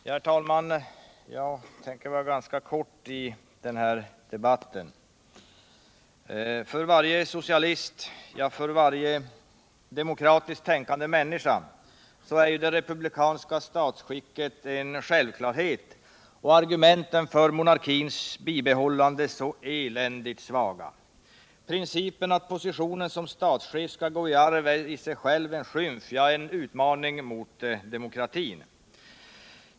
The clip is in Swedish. Herr talman! Jag tänker vara ganska kortfattad i denna debatt. För varje socialist, ja, för varje demokratiskt tänkande människa är det republikanska statsskicket en självklarhet och argumenten för monarkins bibehållande eländigt svaga. Principen att positionen som statschef skall gå i arv är i sig själv en skymf, ja, en utmaning mot demokratin.